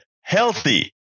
healthy